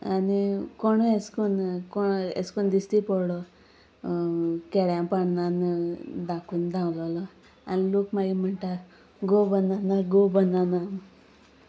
आनी कोणूय ऍश्कोन्न को ऍश्कोन्न दिसती पडलो केळ्या पानान धांकून धांवलोलो आनी लोक मागीर म्हणटा गो बनाना गो बनना